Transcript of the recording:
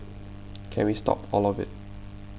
can we stop all of it